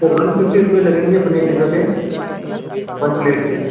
sir one fifty रुपये लगेंगे पनीर टीक्का के वन प्लेट के